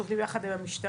סליחה.